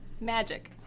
Magic